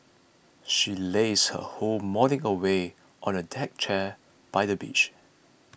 she lazed her whole morning away on a deck chair by the beach